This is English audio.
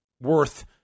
worth